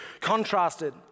contrasted